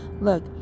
look